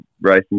racing